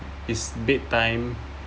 it's bedtime